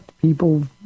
people